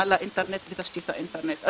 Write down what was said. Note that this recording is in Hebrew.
האינטרנט ותשתית האינטרנט.